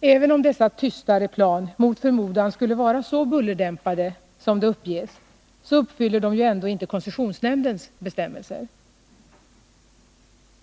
Även om dessa tystare plan mot förmodan skulle vara så bullerdämpade som det uppges, uppfyller de ändå inte koncessionsnämndens bestämmelser.